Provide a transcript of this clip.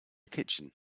kitchen